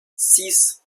six